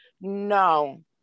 No